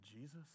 Jesus